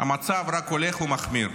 המצב רק הולך ומחמיר.